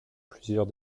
plusieurs